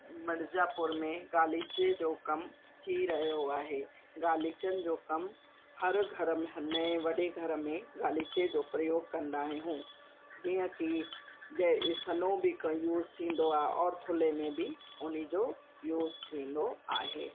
मिर्जापुर मीं गालीचे जो कम थी रहियो आहे गालीचनि जो कम हर घर में हमें वॾे घर में गालीचे जो प्रयोग कंदा आहियूं जीअं कि जंहिं सन्हो बि क यूस थींदो आहे और थुल्हे में बि उन्हीअ जो यूस थींदो आहे